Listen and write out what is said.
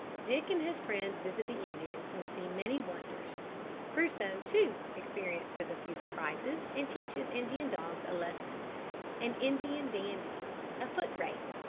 dick and his friends visit the indians and see many wonders crusoe, too, experiences a few surprises and teaches indian dogs a lesson an indian dandy a foot-race.